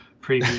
preview